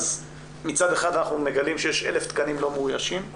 אז מצד אחד אנחנו מגלים שיש אלף תקנים לא מאוישים,